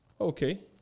Okay